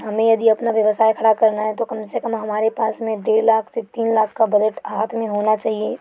हमें यदि अपना व्यवसाय खड़ा करना है तो कम से कम हमारे पास में डेढ़ लाख से तीन लाख का बजट हाथ में होना चाहिए